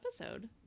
episode